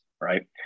right